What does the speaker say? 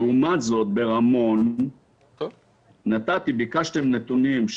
לעומת זאת ברמון ביקשתם נתונים.